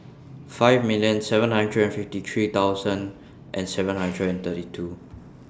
five million seven hundred fifty three thousand and seven hundred and thirty two